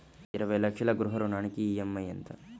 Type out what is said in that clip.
ఇరవై లక్షల గృహ రుణానికి ఈ.ఎం.ఐ ఎంత?